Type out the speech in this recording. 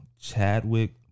Chadwick